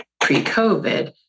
pre-COVID